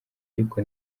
ariko